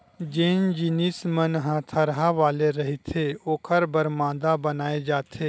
जेन जिनिस मन ह थरहा वाले रहिथे ओखर बर मांदा बनाए जाथे